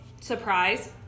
surprise